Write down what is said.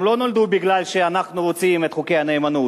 הם לא נולדו בגלל שאנחנו רוצים את חוקי הנאמנות,